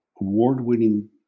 award-winning